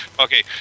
Okay